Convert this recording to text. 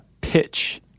pitch